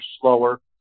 slower